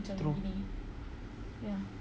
true